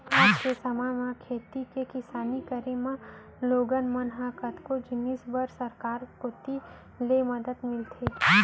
आज के समे म खेती किसानी करे म लोगन मन ल कतको जिनिस बर सरकार कोती ले मदद मिलथे